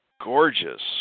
gorgeous